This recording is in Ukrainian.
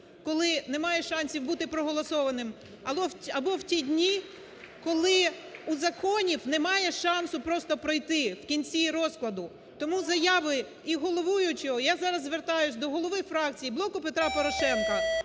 коли немає шансів бути проголосованим, або в ті дні, коли у законів немає шансу просто пройти в кінці розкладу. Тому заяви і головуючого… Я зараз звертаюся до голови фракції "Блоку Петра Порошенка",